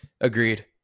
Agreed